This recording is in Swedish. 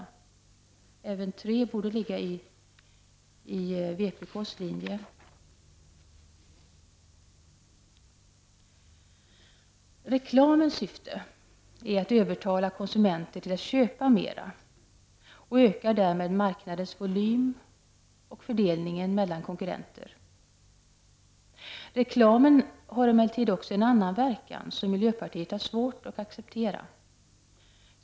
Även reservation 3 borde ligga i linje med vpk:s inriktning. Reklamens syfte är att övertala konsumenter att köpa mera och ökar därmed marknadens volym och fördelningen mellan konkurrenter. Reklamen har emellertid också en annan verkan, som miljöpartiet har svårt att acceptera.